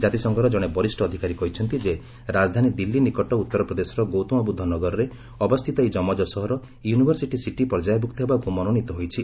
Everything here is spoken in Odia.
ଜାତିସଂଘର ଜଣେ ବରିଷ ଅଧିକାରୀ କହିଛନ୍ତି ଯେ ରାଜଧାନୀ ଦିଲ୍ଲୀ ନିକଟ ଉଭର ପ୍ରଦେଶର ଗୌତମବୃଦ୍ଧ ନଗରରେ ଅବସ୍ଥିତ ଏହି ଜମଜ ସହର ୟୁନିଭରସିଟି ସିଟି ପର୍ଯ୍ୟାୟଭୁକ୍ତ ହେବାକୁ ମନୋନୀତ ହୋଇଛି